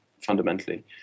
fundamentally